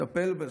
ולטפל בזה.